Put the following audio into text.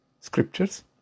scriptures